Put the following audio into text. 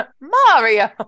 Mario